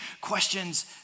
questions